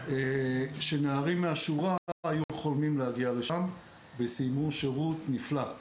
שהנערים מהשורה היו חולמים להגיע לשם והם סיימו שירות נפלא.